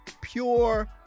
Pure